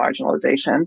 marginalization